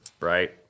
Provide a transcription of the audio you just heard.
right